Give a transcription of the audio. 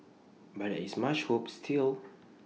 but there is much hope still